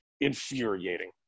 infuriating